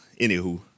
Anywho